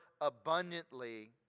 abundantly